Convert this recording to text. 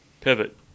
pivot